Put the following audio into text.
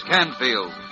Canfield